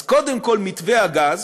אז קודם כול, מתווה הגז